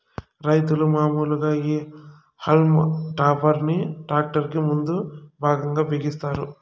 రైతులు మాములుగా ఈ హల్మ్ టాపర్ ని ట్రాక్టర్ కి ముందు భాగం లో బిగిస్తారు